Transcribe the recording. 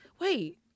wait